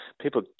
people